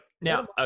Now